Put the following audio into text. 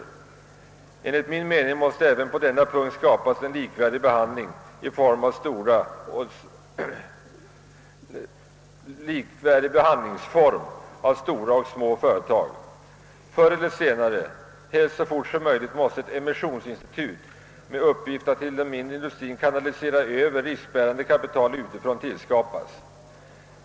Även på denna punkt måste det enligt min mening skapas en likvärdig behandling av stora och små företag. Förr eller senare — helst så fort som möjligt — måste ett emissionsinstitut tillskapas, vilket får till uppgift att till den mindre industrien kanalisera över riskvilligt kapital utifrån.